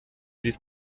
ließ